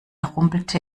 rumpelte